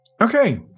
Okay